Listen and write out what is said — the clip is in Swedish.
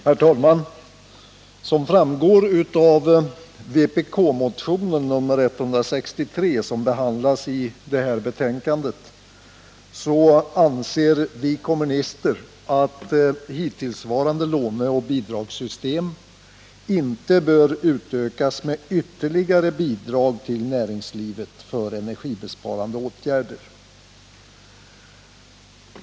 Herr talman! Som framgår av vpk-motionen 163, som behandlas i detta betänkande, anser vi kommunister att hittillsvarande låneoch bidragssystem inte bör utökas med ytterligare bidrag till näringslivet för energibesparande åtgärder.